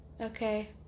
Okay